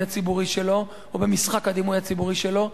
הציבורי שלו ובמשחק הדימוי הציבורי שלו,